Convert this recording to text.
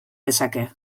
dezake